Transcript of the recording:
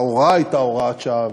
ההוראה הייתה הוראת שעה,